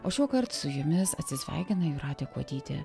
o šiuokart su jumis atsisveikina jūratė kuodytė